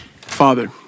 Father